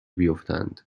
بیفتند